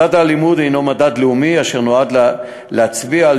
מדד האלימות הוא מדד לאומי אשר נועד להצביע על